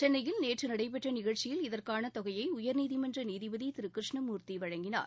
சென்னையில் நேற்று நடைபெற்ற நிகழ்ச்சியில் இதற்கான தொகையை உயர்நீதிமன்ற நீதிபதி கிரூஷ்ணமூர்த்தி வழங்கினார்